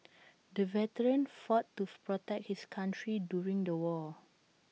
the veteran fought to protect his country during the war